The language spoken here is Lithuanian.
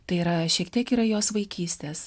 tai yra šiek tiek yra jos vaikystės